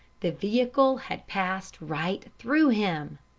the vehicle had passed right through him.